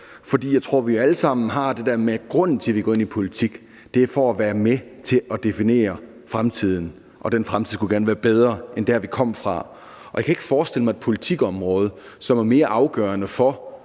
for. Jeg tror, at vi alle sammen har det sådan, at grunden til, at vi er gået ind i politik, er at være med til at definere fremtiden, og den fremtid skal gerne være bedre end det, vi kommer fra. Og jeg kan ikke forestille mig et politikområde, som er mere afgørende for